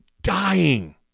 dying